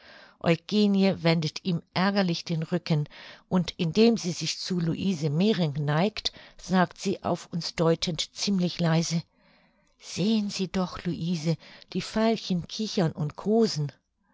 eugenie wendet ihm ärgerlich den rücken und indem sie sich zu louise mering neigt sagt sie auf uns deutend ziemlich leise sehen sie doch louise die veilchen kichern und kosen